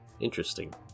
Interesting